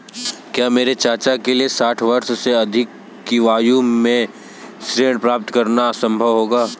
क्या मेरे चाचा के लिए साठ वर्ष से अधिक की आयु में ऋण प्राप्त करना संभव होगा?